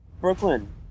Brooklyn